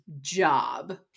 job